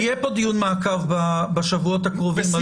יהיה פה דיון מעקב בשבועות הקרובים על